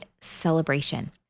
celebration